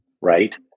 right